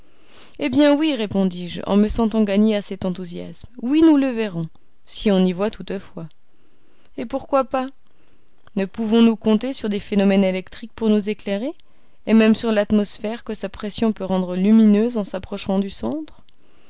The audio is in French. eh bien oui répondis-je en me sentant gagner à cet enthousiasme oui nous le verrons si on y voit toutefois et pourquoi pas ne pouvons-nous compter sur des phénomènes électriques pour nous éclairer et même sur l'atmosphère que sa pression peut rendre lumineuse en s'approchant du centre